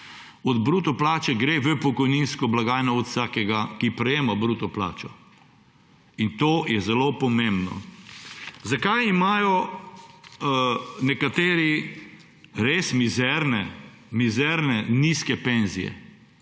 od bruto plače v pokojninsko blagajno od vsakega, ki prejema bruto plačo. To je zelo pomembno. Zakaj imajo nekateri res mizerne, nizke penzije?